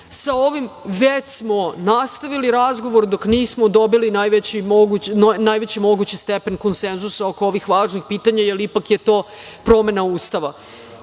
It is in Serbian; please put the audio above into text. sa ovim, već smo nastavili razgovor dok nismo dobili najveći mogući stepen konsenzusa oko ovih važnih pitanja, jer ipak je to promena Ustava. Još